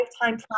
lifetime